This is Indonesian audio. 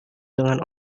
dengan